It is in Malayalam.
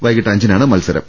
വൈകിട്ട് അഞ്ചിനാണ് മത്സ രം